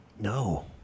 no